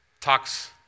talks